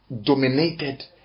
dominated